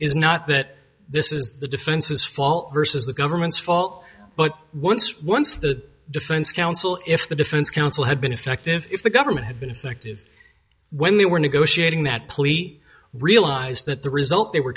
is not that this is the defense's fault versus the government's fault but once once the defense counsel if the defense counsel had been effective if the government had been effective when they were negotiating that police realized that the result they were